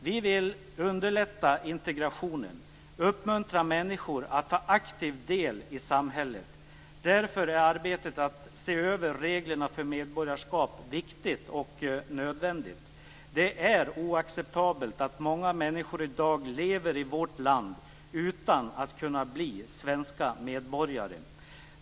Vi vill underlätta integrationen och uppmuntra människor att ta aktiv del i samhället. Därför är arbetet med att se över reglerna för medborgarskap viktigt och nödvändigt. Det är oacceptabelt att många människor i dag lever i vårt land utan att kunna bli svenska medborgare.